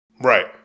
Right